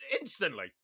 instantly